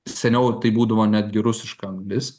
seniau tai būdavo netgi rusiška anglis